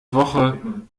woche